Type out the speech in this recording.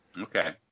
Okay